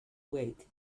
wait